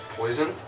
poison